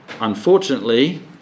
Unfortunately